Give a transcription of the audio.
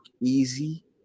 easy